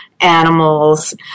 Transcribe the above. Animals